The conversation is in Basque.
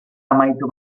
amaitu